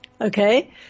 Okay